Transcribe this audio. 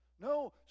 No